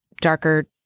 darker